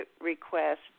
request